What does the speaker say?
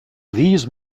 these